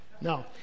No